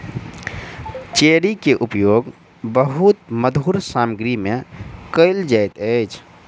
cherry के उपयोग बहुत मधुर सामग्री में कयल जाइत अछि